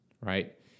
right